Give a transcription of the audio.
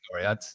story